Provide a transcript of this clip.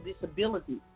disability